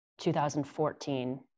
2014